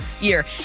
year